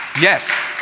Yes